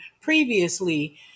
previously